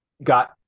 got